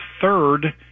third